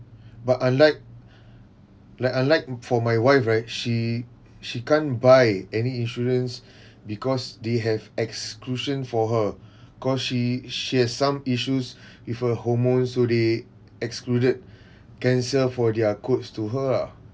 but unlike like unlike for my wife right she she can't buy any insurance because they have exclusion for her cause she she has some issues with her hormone so they excluded cancer for their quotes to her ah